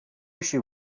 issue